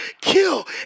kill